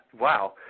wow